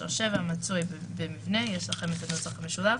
(3) או (7) המצוי במבנה" יש לכם את הנוסח המשולב